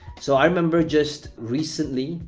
so, i remember just recently,